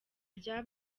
rya